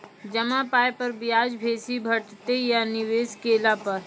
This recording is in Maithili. जमा पाय पर ब्याज बेसी भेटतै या निवेश केला पर?